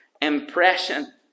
impression